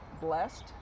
blessed